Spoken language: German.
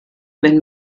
wenn